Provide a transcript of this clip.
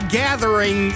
gathering